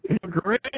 Great